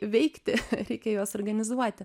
veikti reikia juos organizuoti